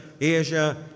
Asia